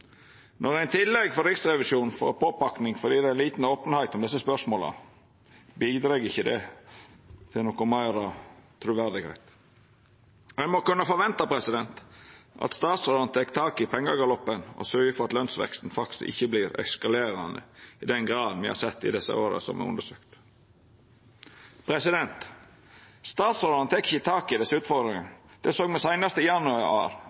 i tillegg frå Riksrevisjonen får påpakning fordi det er lita openheit om desse spørsmåla, bidreg ikkje det til noko meir truverde. Me må kunna forventa at statsrådane tek tak i pengegaloppen og sørgjer for at lønsveksten faktisk ikkje vert eskalerande i den grad me har sett i dei åra som er undersøkte. Statsrådane tek ikkje tak i desse utfordringane. Det såg me seinast i januar,